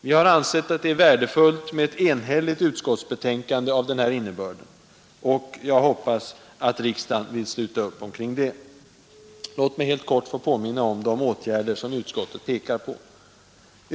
Vi har ansett det värdefullt med ett enhälligt utskottsbetänkande av denna innebörd, och jag hoppas att riksdagen vill sluta upp kring det. Låt mig helt kort påminna om de åtgärder som utskottet pekar på.